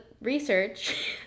research